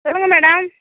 சொல்லுங்கள் மேடம்